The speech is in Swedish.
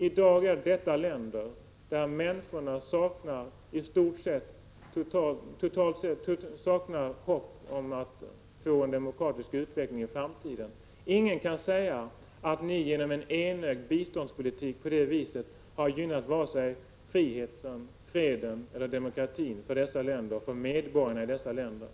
I dag är detta länder där människorna i stort sett totalt saknar hopp om att få en demokratisk utveckling i framtiden. Ingen kan säga att ni genom en enögd biståndspolitik på det viset har gynnat vare sig friheten, freden eller demokratin för dessa länder eller för medborgarna i dem.